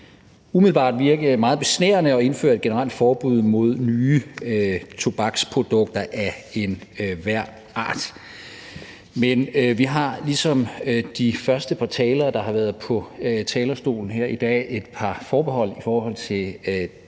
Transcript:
umiddelbart også virke meget besnærende at indføre et generelt forbud mod nye tobaksprodukter af enhver art. Men vi har ligesom de første par talere, der har været på talerstolen her i dag, nogle forbehold over for